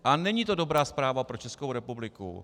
A není to dobrá zpráva pro Českou republiku.